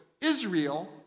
Israel